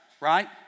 right